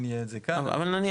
אין לי את זה כאן --- אבל נניח,